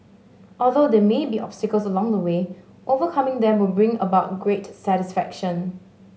although there may be obstacles along the way overcoming them will bring about great satisfaction